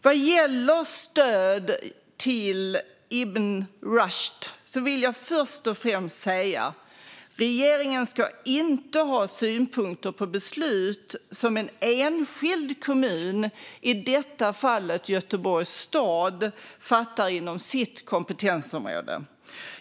Vad gäller stöd till Ibn Rushd vill jag först och främst säga att regeringen inte ska ha synpunkter på beslut som en enskild kommun, i detta fall Göteborgs stad, fattar inom sitt kompetensområde.